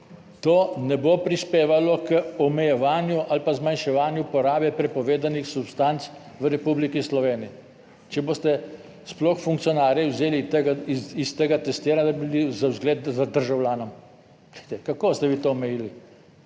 to ne bo prispevalo k omejevanju ali pa zmanjševanju porabe prepovedanih substanc v Republiki Sloveniji. Če boste sploh funkcionarje vzeli iz tega testiranja, bi bili za vzgled državljanom. Glejte, kako ste vi to omejili.